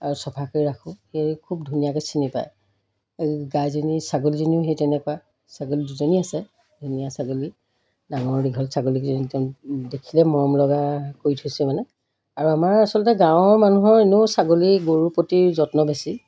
আৰু চফাকৈ ৰাখোঁ সেয়ে খুব ধুনীয়াকৈ চিনি পায় গাইজনী ছাগলীজনীও সেই তেনেকুৱা ছাগলী দুজনী আছে ধুনীয়া ছাগলী ডাঙৰ দীঘল ছাগলীজনী একদম দেখিলে মৰম লগা কৰি থৈছে মানে আৰু আমাৰ আচলতে গাঁৱৰ মানুহৰ এনেও ছাগলী গৰুৰ প্ৰতি যত্ন বেছি